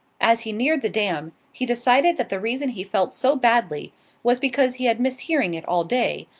as he neared the dam, he decided that the reason he felt so badly was because he had missed hearing it all day,